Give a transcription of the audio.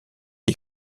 des